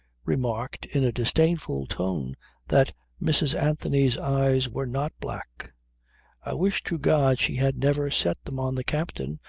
remarked in a disdainful tone that mrs. anthony's eyes were not black. i wish to god she had never set them on the captain,